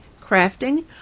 crafting